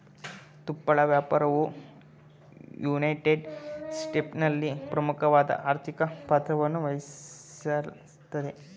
ತುಪ್ಪಳ ವ್ಯಾಪಾರವು ಯುನೈಟೆಡ್ ಸ್ಟೇಟ್ಸ್ನಲ್ಲಿ ಪ್ರಮುಖವಾದ ಆರ್ಥಿಕ ಪಾತ್ರವನ್ನುವಹಿಸ್ತದೆ